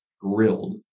grilled